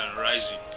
rising